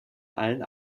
allen